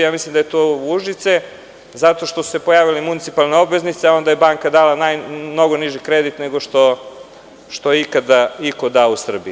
Mislim da je to Užice zato što su se pojavile municipalne obveznice, a onda je banka dala mnogo niži kredit nego što je ikada iko dao u Srbiji.